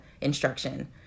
instruction